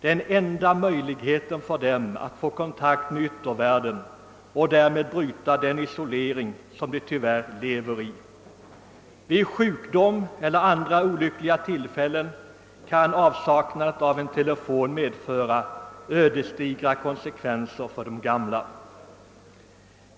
den” enda möjligheten att få kontakt med "yttervärlden och därmed bryta den isolering som de tyvärr lever i. Vid sjukdom eller under andra olyckliga omständigheter kan avsaknad av telefon få ödesdigra konsekvenser för de gamla.